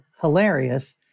Hilarious